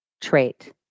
trait